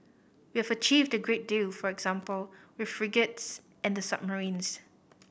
we've achieved a great deal for example with frigates and the submarines